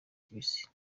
kibisi